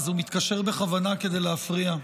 אז הוא מתקשר בכוונה כדי להפריע.